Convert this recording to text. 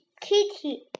Kitty